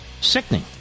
Sickening